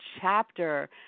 chapter